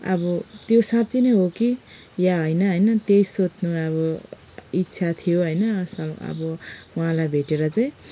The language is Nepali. अब त्यो साँच्ची नै हो कि या होइन होइन त्यही सोध्नु अब इच्छा थियो होइन सल अब उहाँलाई भेटेर चाहिँ